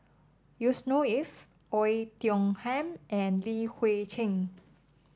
Yusnor Ef Oei Tiong Ham and Li Hui Cheng